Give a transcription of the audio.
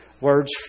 words